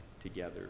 together